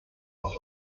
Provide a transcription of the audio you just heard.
aus